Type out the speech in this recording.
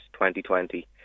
2020